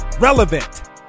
relevant